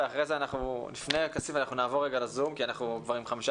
ואחרי זה אנחנו נעבור לזום כי אנחנו כבר עם חמישה